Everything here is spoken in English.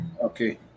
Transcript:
Okay